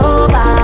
over